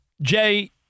Jay